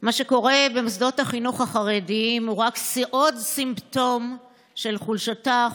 מה שקורה במוסדות החינוך החרדיים הוא רק עוד סימפטום של חולשתה,